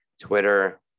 Twitter